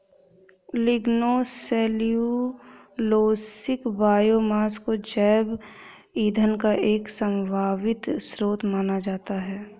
lignocellulosic biomass को जैव ईंधन का एक संभावित स्रोत माना जाता है